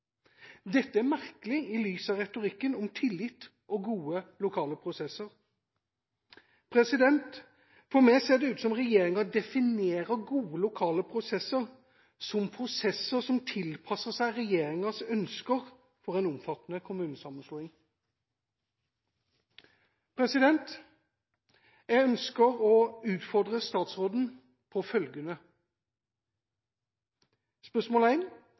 Dette er merkelig i lys av retorikken om tillit og gode lokale prosesser. For meg ser det ut som om regjeringa definerer gode, lokale prosesser som prosesser som tilpasser seg regjeringas ønsker for en omfattende kommunesammenslåing. Jeg ønsker å utfordre statsråden på